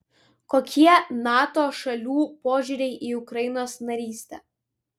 kokie nato šalių požiūriai į ukrainos narystę